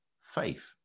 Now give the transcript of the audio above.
faith